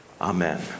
Amen